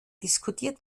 diskutiert